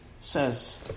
says